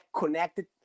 connected